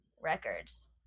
Records